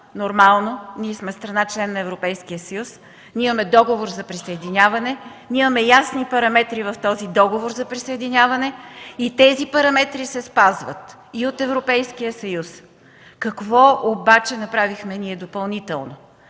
нормално, ние сме страна – член на Европейския съюз, имаме Договор за присъединяване, имаме ясни параметри в този Договор за присъединяване и тези параметри се спазват и от Европейския съюз. Какво обаче ние направихме допълнително?